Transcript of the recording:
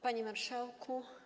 Panie Marszałku!